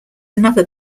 another